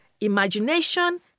imagination